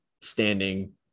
standing